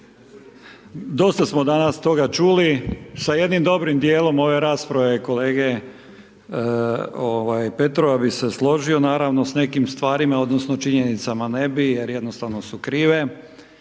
Dosta smo danas toga čuli, sa jednim dobrim dijelom ove rasprave kolege, ovaj, Petrova bi se složio naravno s nekim stvarima odnosno činjenicama ne bi jer jednostavno su krive.